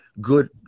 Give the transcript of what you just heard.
good